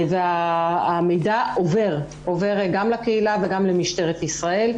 והמידע עובר גם לקהילה וגם למשטרת ישראל,